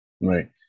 Right